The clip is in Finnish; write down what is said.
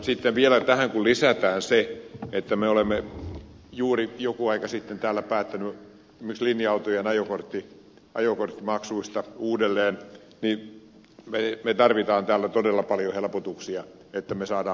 sitten kun tähän lisätään vielä se että me olemme juuri jonkin aikaa sitten täällä päättäneet esimerkiksi linja autojen ajokorttimaksuista niin me tarvitsemme täällä todella paljon helpotuksia että me saamme palvelut toimimaan